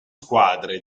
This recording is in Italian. squadre